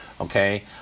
Okay